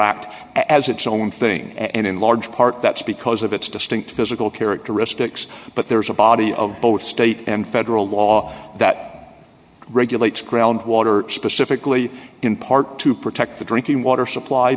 act as its own thing and in large part that's because of its distinct physical characteristics but there is a body of both state and federal law that regulates groundwater specifically in part to protect the drinking water supply